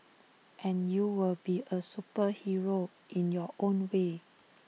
and you will be A superhero in your own way